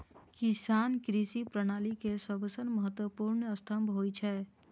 किसान कृषि प्रणाली के सबसं महत्वपूर्ण स्तंभ होइ छै